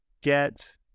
get